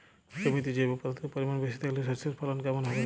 জমিতে জৈব পদার্থের পরিমাণ বেশি থাকলে শস্যর ফলন কেমন হবে?